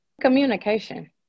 Communication